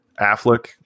Affleck